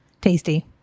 tasty